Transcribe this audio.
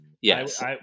Yes